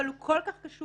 אבל הוא כל כך קשור.